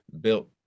built